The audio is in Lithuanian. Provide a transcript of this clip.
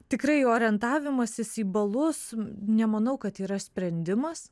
tikrai orientavimasis į balus nemanau kad yra sprendimas